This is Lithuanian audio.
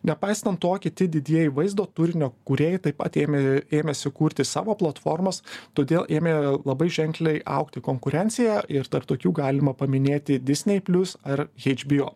nepaisant to kiti didieji vaizdo turinio kūrėjai taip pat ėmė ėmėsi kurti savo platformas todėl ėmė labai ženkliai augti konkurencija ir tarp tokių galima paminėti disney plius ar hbo